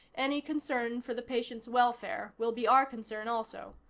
any concern for the patient's welfare will be our concern also.